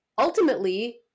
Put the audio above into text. ultimately